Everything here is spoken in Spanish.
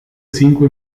cinco